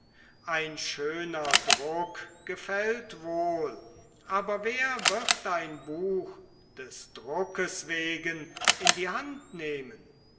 ein schöner druck gefällt wohl aber wer wird ein buch des druckes wegen in die hand nehmen